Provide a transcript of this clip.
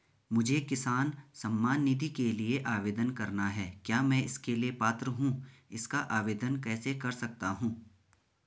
मुझे किसान सम्मान निधि के लिए आवेदन करना है क्या मैं इसके लिए पात्र हूँ इसका आवेदन कैसे कर सकता हूँ?